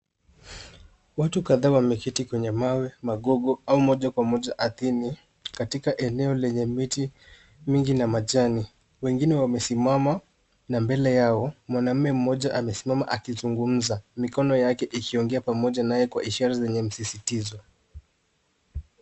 Watu kadhaa wameketi kwenye mawe, magogo au moja kwa moja ardhini katika eneo lenye miti mingi na majani. Wengine wamesimama na mbele yao mwanaume mmoja amesimama akizungumza mikono yake ikiongea pamoja naye kwa ishara zenye msisitizo.